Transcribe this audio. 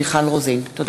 מיקי רוזנטל,